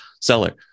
seller